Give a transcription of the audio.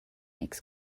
makes